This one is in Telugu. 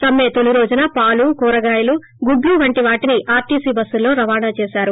సమ్మె తొలిరోజున పాలు కూరగాయలు గుడ్ల వంటి వాటిని ఆర్టీసీ బస్సుల్లో రవాణా చేశారు